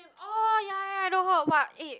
oh ya ya ya I do hope !wah! eh